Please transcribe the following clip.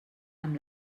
amb